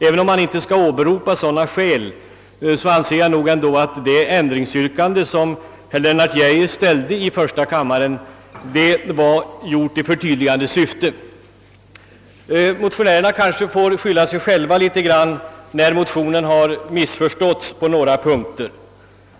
Även om man inte skall åberopa sådana skäl, anser jag att det av herr Lennart Geijer i första kammaren ställda ändringsyrkandet tillkommit i förtydligande syfte. Motionärerna får i viss mån skylla sig själva för att motionen har missförståtts på några punkter.